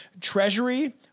treasury